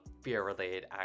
fear-related